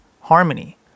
harmony